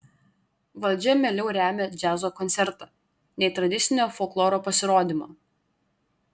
valdžia mieliau remia džiazo koncertą nei tradicinio folkloro pasirodymą